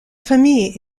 famille